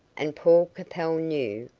and paul capel knew,